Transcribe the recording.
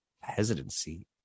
hesitancy